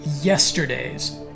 yesterday's